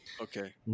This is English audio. Okay